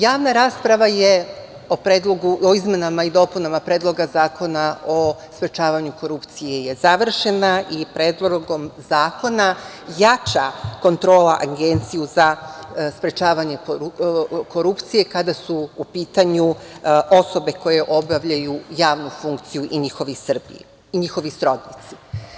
Javna rasprava o izmenama i dopunama Predloga zakona o sprečavanju korupcije je završena i Predlogom zakona jača kontrolu Agenciju za sprečavanje korupcije kada su u pitanju osobe koje obavljaju javnu funkciju i njihovi srodnici.